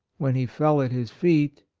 when he fell at his feet,